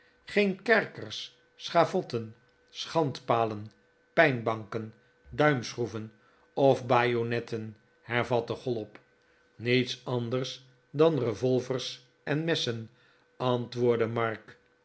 geen kerkers schavotten schandpalen pijnbanken duimschroeven of bajonetten hervatte chollop niets anders dan revolvers en messen antwoordde mark